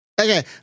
Okay